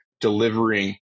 delivering